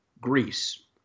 Greece